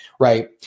Right